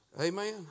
Amen